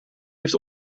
heeft